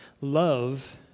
love